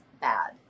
Bad